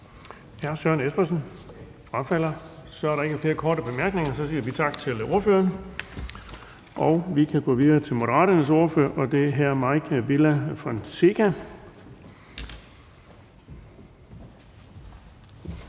(Erling Bonnesen): Der er ikke flere korte bemærkninger, og vi siger tak til ordføreren. Vi kan gå videre til Moderaternes ordfører, og det er hr. Mike Villa Fonseca.